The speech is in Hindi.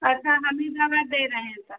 अच्छा हम ही दवा दे रहें तो